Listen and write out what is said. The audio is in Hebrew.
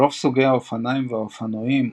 ברוב סוגי האופניים והאופנועים,